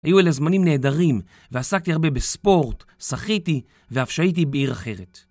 היו אלה זמנים נהדרים, ועסקתי הרבה בספורט, שחיתי, ואף שהיתי בעיר אחרת.